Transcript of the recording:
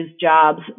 jobs